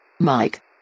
Mike